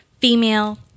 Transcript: female